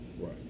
right